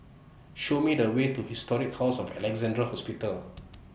Show Me The Way to Historic House of Alexandra Hospital